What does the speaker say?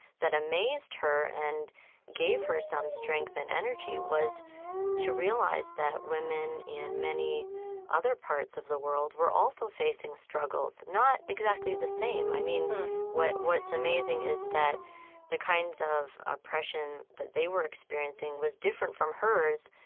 that amazed her and gave her some strength and energy was to realize that women in many other parts of the world were also facing struggles. not exactly the same. i mean, what's what's amazing is that the kinds of oppression that they were experiencing was different from hers,